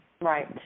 Right